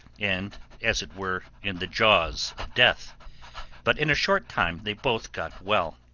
and as it were in the jaws of death but in a short time they both got well,